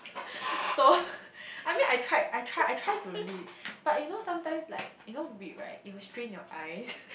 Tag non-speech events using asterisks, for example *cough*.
so *laughs* I mean I tried I tried I tried to read but you know sometimes like you know read right it will strain your eyes